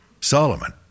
Solomon